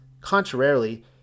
Contrarily